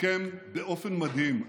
סיכם באופן מדהים,